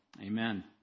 Amen